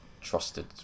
trusted